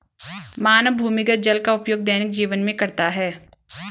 मानव भूमिगत जल का उपयोग दैनिक जीवन में करता है